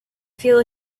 feel